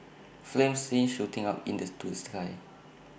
flames seen shooting up into the sky